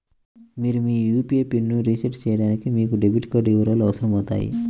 మీరు మీ యూ.పీ.ఐ పిన్ని రీసెట్ చేయడానికి మీకు డెబిట్ కార్డ్ వివరాలు అవసరమవుతాయి